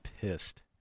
pissed